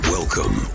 Welcome